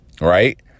Right